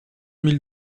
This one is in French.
mille